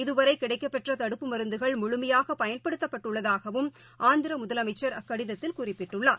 இதுவரைகிடைக்கப்பெற்றதடுப்பு மருந்துகள் முழுமையாகபயன்படுத்தப்பட்டுள்ளதாகவும் ஆந்திரமுதலமைச்சர் அக்கடிதத்தில் குறிப்பிட்டுள்ளார்